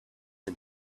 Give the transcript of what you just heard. and